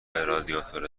رادیاتور